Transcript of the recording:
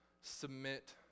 submit